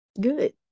good